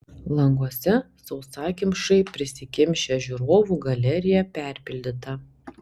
languose sausakimšai prisikimšę žiūrovų galerija perpildyta